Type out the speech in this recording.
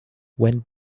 when